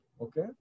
okay